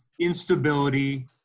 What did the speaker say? instability